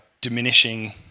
diminishing